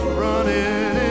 running